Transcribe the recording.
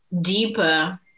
deeper